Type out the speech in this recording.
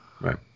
Right